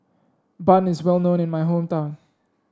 bun is well known in my hometown